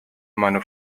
meine